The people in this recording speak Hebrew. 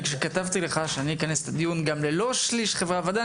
כשכתבתי לך שאני אכנס את הדיון גם בהיעדר שליש מחברי הוועדה,